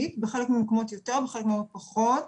בחלק מהמקומות יותר ובחלק מהמקומות פחות.